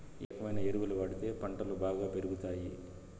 ఏ రకమైన ఎరువులు వాడితే పంటలు బాగా పెరుగుతాయి?